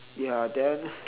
ya then